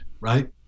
right